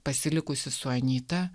pasilikusi su anyta